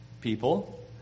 people